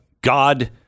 God